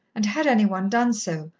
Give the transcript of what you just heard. and had any one done so,